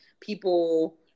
people